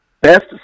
best